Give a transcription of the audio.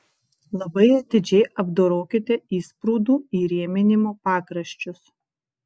labai atidžiai apdorokite įsprūdų įrėminimo pakraščius